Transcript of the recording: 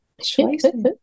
choices